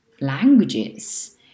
languages